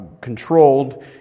controlled